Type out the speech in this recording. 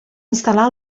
instal·lar